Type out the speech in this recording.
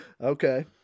Okay